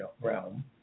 realm